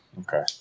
Okay